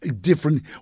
different